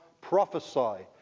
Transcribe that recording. prophesy